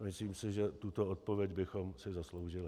Myslím si, že tuto odpověď bychom si zasloužili.